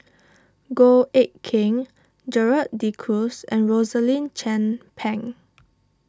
Goh Eck Kheng Gerald De Cruz and Rosaline Chan Pang